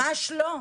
ממש לא.